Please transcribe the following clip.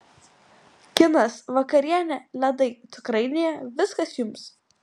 kinas vakarienė ledai cukrainėje viskas jums